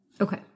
Okay